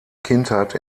kindheit